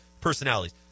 personalities